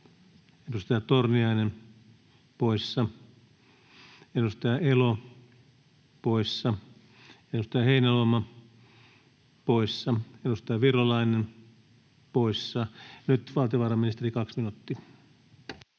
edustaja Torniainen poissa, edustaja Elo poissa, edustaja Heinäluoma poissa, edustaja Virolainen poissa. — Nyt valtiovarainministeri, kaksi minuuttia.